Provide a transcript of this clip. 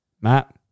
Matt